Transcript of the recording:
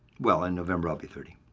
well in november i'll be thirty.